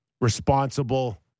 responsible